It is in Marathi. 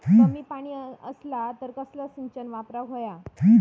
कमी पाणी असला तर कसला सिंचन वापराक होया?